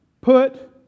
put